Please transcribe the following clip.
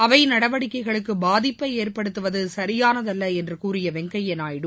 அவை நடவடிக்கைகளுக்கு பாதிப்பை ஏற்படுத்துவது சரியானதல்ல என்று கூறிய வெங்கய்யா நாயுடு